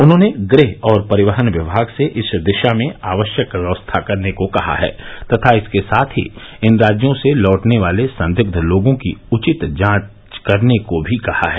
उन्होंने गृह और परिवहन विभाग से इस दिशा में आवश्यक व्यवस्था करने को कहा है तथा इसके साथ ही इन राज्यों से लौटने वाले संदिग्ध लोगों की उचित जांच करने को भी कहा है